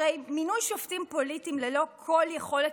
הרי מינוי שופטים פוליטיים ללא כל יכולת